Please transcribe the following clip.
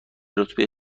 رتبه